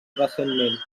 recentment